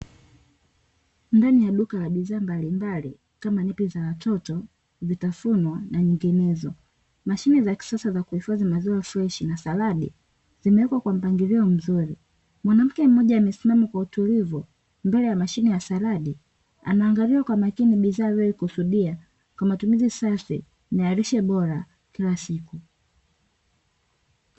Ndani ya duka la bidhaa mbalimbali kama nepi za watoto, vitafunwa na nyinginezo. Mashine za kisasa za kuhifadhi maziwa freshi na saladi zimewekwa kwa mpangilio mzuri. Mwanamke mmoja amesimama kwa utulivu mbele ya mashine ya saladi, anaangalia kwa makini bidhaa alioikusudia kwa matumizi safi na lishe bora kila siku.